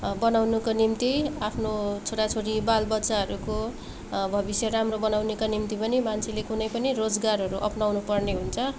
बनाउनुको निम्ति आफ्नो छोराछोरी बाल बच्चाहरूको भविष्य राम्रो बनाउनुको निम्ति पनि मान्छेले कुनै पनि रोजगारहरू अप्नाउनु पर्ने हुन्छ